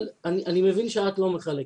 אני מבין שאת לא מחלקת,